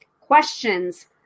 Questions